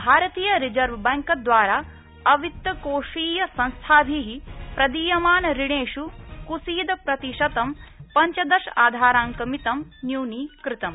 भारतीयरिजर्वबैंकद्वारा अवित्तकोषीयसंस्थाभि प्रदीयमान ऋणेष् कुसीदप्रतिशतं पंचदश आधारांकमित न्यूनीकृतम्